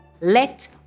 Let